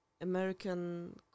American